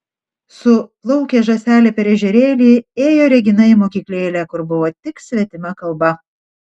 su plaukė žąselė per ežerėlį ėjo regina į mokyklėlę kur buvo tik svetima kalba